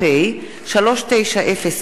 זאב בילסקי,